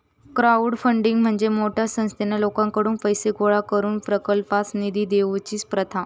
crowdfunding म्हणजे मोठ्या संख्येन लोकांकडुन पैशे गोळा करून प्रकल्पाक निधी देवची प्रथा